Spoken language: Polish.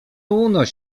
unoś